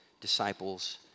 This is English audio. disciples